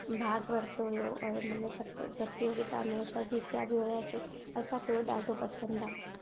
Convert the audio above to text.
भागु वरितो हुयो ऐं उनमें प्र प्रतियोगिता में असां जितिया बि हुआसीं असांखे हो ॾाढो पसंदि आहे